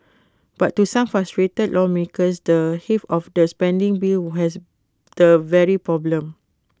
but to some frustrated lawmakers the heft of the spending bill has the very problem